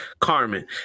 Carmen